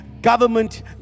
Government